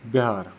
Bihar